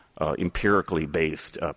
empirically-based